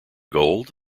gold